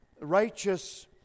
Righteous